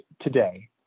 today